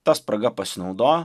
ta spraga pasinaudojo